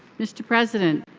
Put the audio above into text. mr. president,